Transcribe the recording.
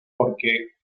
porque